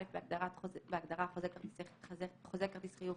(א)בהגדרה "חוזה כרטיס חיוב",